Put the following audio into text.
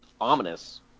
ominous